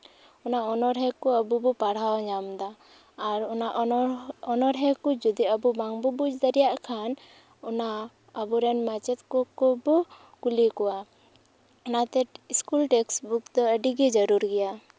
ᱚᱱᱟ ᱚᱱᱚᱬᱦᱮ ᱠᱚ ᱟᱵᱚ ᱵᱚᱱ ᱯᱟᱲᱦᱟᱣ ᱧᱟᱢᱫᱟ ᱟᱨ ᱚᱱᱟ ᱚᱱᱚᱲ ᱚᱱᱚᱬᱦᱮ ᱠᱚ ᱡᱚᱫᱤ ᱟᱵᱚ ᱵᱟᱝ ᱵᱚᱱ ᱵᱩᱡᱽ ᱫᱟᱲᱮᱭᱟᱜ ᱠᱷᱟᱱ ᱚᱱᱟ ᱟᱵᱚᱨᱮᱱ ᱢᱟᱪᱮᱫ ᱠᱚᱠᱚ ᱠᱩᱞᱤ ᱠᱚᱣᱟ ᱚᱱᱟᱛᱮ ᱥᱠᱩᱞ ᱴᱮᱠᱥᱴᱵᱩᱠ ᱫᱚ ᱟᱹᱰᱤᱜᱮ ᱡᱟᱹᱨᱩᱲ ᱜᱮᱭᱟ